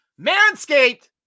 Manscaped